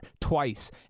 twice